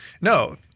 No